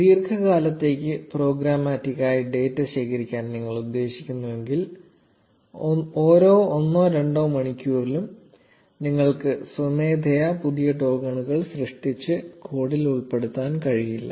ദീർഘകാലത്തേക്ക് പ്രോഗ്രമാറ്റിക്കായി ഡാറ്റ ശേഖരിക്കാൻ നിങ്ങൾ ഉദ്ദേശിക്കുന്നുവെങ്കിൽ ഓരോ ഒന്നോ രണ്ടോ മണിക്കൂറിലും നിങ്ങൾക്ക് സ്വമേധയാ പുതിയ ടോക്കണുകൾ സൃഷ്ടിച്ച് കോഡിൽ ഉൾപ്പെടുത്താൻ കഴിയില്ല